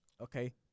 Okay